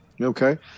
Okay